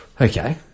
okay